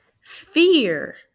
Fear